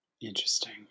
Interesting